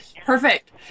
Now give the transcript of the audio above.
Perfect